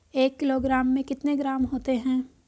एक किलोग्राम में कितने ग्राम होते हैं?